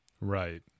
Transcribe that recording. Right